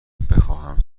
بخواهم